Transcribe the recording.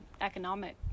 economic